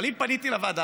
אבל אם פניתי לוועדה,